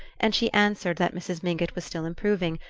and she answered that mrs. mingott was still improving,